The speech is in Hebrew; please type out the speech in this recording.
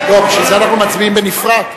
להצביע.